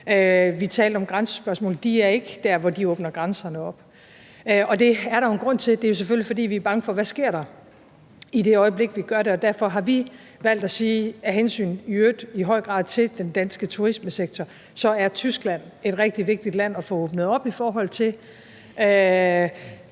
vi talte om grænsespørgsmål, og de er ikke der, hvor de åbner grænserne op, og det er der jo en grund til. Vi er selvfølgelig bange for, hvad der sker i det øjeblik, vi åbner grænserne, og derfor har vi valgt, i øvrigt i høj grad af hensyn til den danske turismesektor, at sige, at Tyskland er et rigtig vigtigt land at få åbnet op i forhold til.